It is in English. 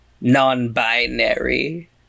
non-binary